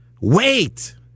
wait